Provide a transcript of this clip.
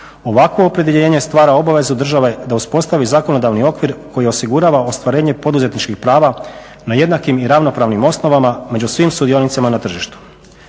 Ovakvo opredjeljenje stvara obavezu države da uspostavi zakonodavni okvir koji osigurava ostvarenje poduzetničkih prava na jednakim i ravnopravnim osnovama među svim sudionicama na tržištu.